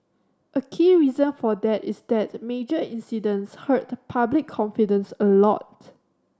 a key reason for that is that major incidents hurt public confidence a lot